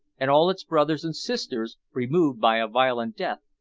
and all its brothers and sisters, removed by a violent death,